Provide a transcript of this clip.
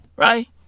Right